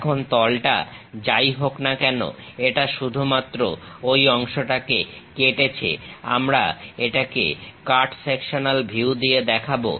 এখন তলটা যাই হোক না কেন এটা শুধুমাত্র ঐ অংশটাকে কেটেছে আমরা এটাকে কাট সেকশনাল ভিউ দিয়ে দেখাবো